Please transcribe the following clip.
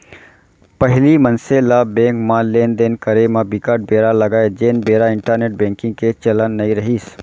पहिली मनसे ल बेंक म लेन देन करे म बिकट बेरा लगय जेन बेरा इंटरनेंट बेंकिग के चलन नइ रिहिस